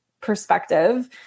perspective